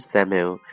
Samuel